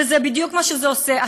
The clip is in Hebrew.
וזה בדיוק מה שזה עושה,